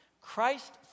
Christ